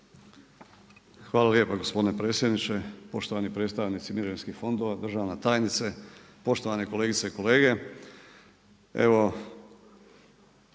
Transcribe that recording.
Hvala lijepa gospodine predsjedniče Sabora. Poštovani predstavnici mirovinskih fondova, državna tajnice, poštovane kolegice i kolege.